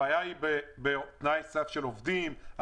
בתנאי סף של עובדים.